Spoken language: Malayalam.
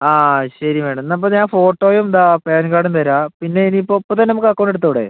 ആ ശരി മാഡം എന്നാൽ ഇപ്പം ഞാൻ ഫോട്ടോയും ഇതാ പാൻ കാർഡും തരാം പിന്നെ ഇനി ഇപ്പം ഇപ്പോൾത്തന്നെ നമുക്ക് അക്കൗണ്ട് എടുത്തുകൂടെ